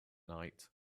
night